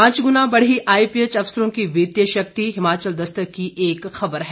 पांच गुणा बढ़ी आईपीएच अफसरों की वित्तीय शक्ति हिमाचल दस्तक की एक खबर है